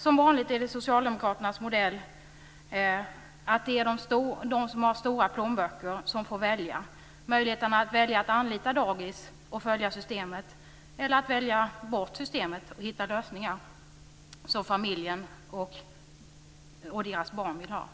Som vanligt i socialdemokraternas modeller så är det de som har stora plånböcker som får välja - möjlighet att välja att anlita dagis och följa systemet eller att välja bort systemet och hitta lösningar som familjen och dess barn vill ha.